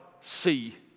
see